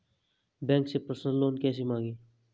Bank से personal loan कैसे मांगें?